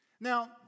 Now